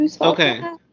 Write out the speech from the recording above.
Okay